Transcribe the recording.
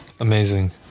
Amazing